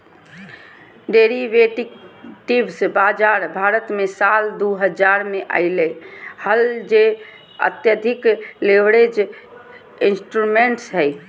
derivatives बाजार भारत मे साल दु हजार मे अइले हल जे अत्यधिक लीवरेज्ड इंस्ट्रूमेंट्स हइ